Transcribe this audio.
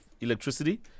electricity